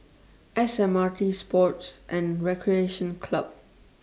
S M R T Sports and Recreation Club